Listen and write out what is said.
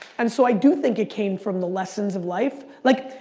and so, i do think it came from the lessons of life. like,